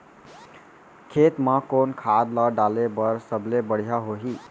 खेत म कोन खाद ला डाले बर सबले बढ़िया होही?